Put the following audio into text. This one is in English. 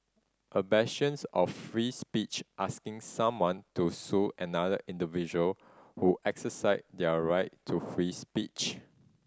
a bastions of free speech asking someone to sue another individual who exercised their right to free speech